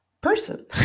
person